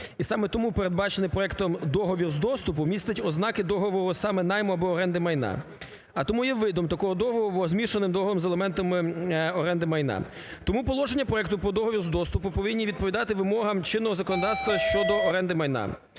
І саме тому передбачений проектом договір з доступу містить ознаки договору саме найму або оренди майна, а тому є видом такого договору, змішаним договором з елементами оренди майна. Тому положення проекту по договору з доступу повинні відповідати вимогам чинного законодавства щодо оренди майна.